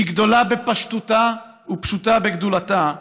שהיא גדולה בפשטותה ופשוטה בגדלותה,